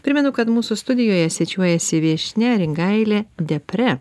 primenu kad mūsų studijoje svečiuojasi viešnia ringailė depre